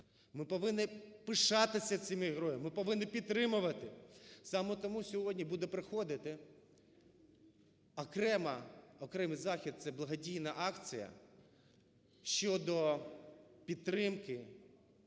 Ми повинні пишатися цими героями, ми повинні підтримувати. Саме тому сьогодні буде проходити окрема… окремий захід це благодійна акція щодо підтримки,